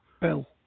Bill